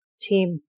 team